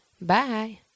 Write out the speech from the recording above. Bye